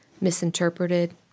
misinterpreted